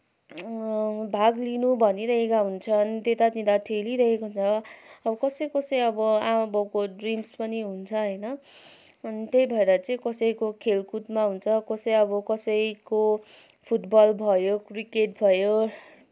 भाग लिनु भनिरहेका हुन्छन् त्यतातिर ठेलिरहेकै हुन्छन् अब कसै कसै अब आमाबाबुको ड्रिम्स पनि हुन्छ होइन अनि त्यही भएर चाहिँ कसैको खेलकुदमा हुन्छ कसै अब कसैको फुटबल भयो क्रिकेट भयो